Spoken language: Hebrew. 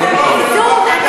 איזון?